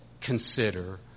consider